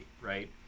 right